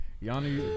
Yanni